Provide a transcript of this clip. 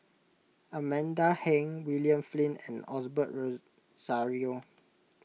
Amanda Heng William Flint and Osbert Rozario